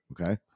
Okay